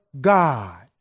God